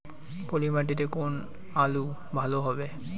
পলি মাটিতে কোন আলু ভালো হবে?